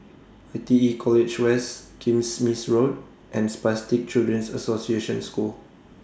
I T E College West Kismis Road and Spastic Children's Association School